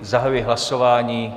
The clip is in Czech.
Zahajuji hlasování.